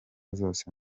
zose